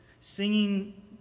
singing